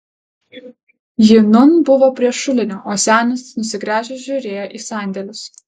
ji nūn buvo prie šulinio o senis nusigręžęs žiūrėjo į sandėlius